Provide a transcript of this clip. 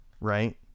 right